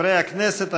חברי הכנסת,